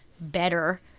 better